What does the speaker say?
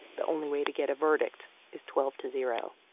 the only way to get a verdict is twelve to zero